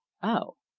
oh!